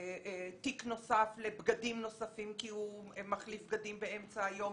תיק נוסף לבגדים נוספים כי הוא מחליף בגדים באמצע היום.